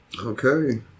Okay